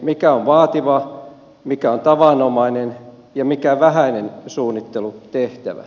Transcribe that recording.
mikä on vaativa mikä on tavanomainen ja mikä vähäinen suunnittelutehtävä